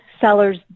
sellers